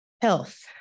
Health